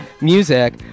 music